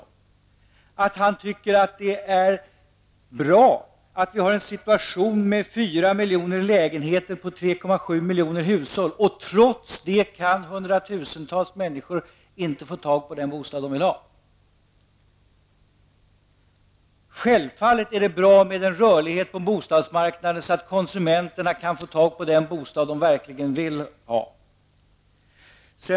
Oskar Lindkvist tycker tydligen att det är bra att vi har en situation med 4 miljoner lägenheter fördelat på 3,7 miljoner hushåll och att människor trots det inte kan få tag på den bostad de vill ha. Självfallet är det bra med rörlighet på bostadsmarknaden så att konsumenterna kan få tag på den bostad de verkligen vill ha.